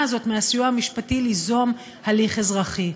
הזאת מהסיוע המשפטי ליזום הליך אזרחי.